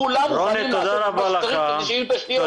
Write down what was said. כולם מוכנים לעשות את מה שצריך לעשות כדי לשים תשתיות.